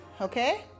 okay